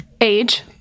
Age